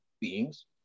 beings